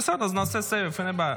נעשה סבב, אין בעיה.